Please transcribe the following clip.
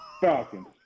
Falcons